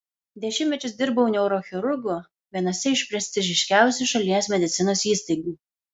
dešimtmečius dirbau neurochirurgu vienose iš prestižiškiausių šalies medicinos įstaigų